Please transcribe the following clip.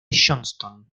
johnston